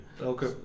okay